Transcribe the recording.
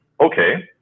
Okay